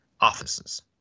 offices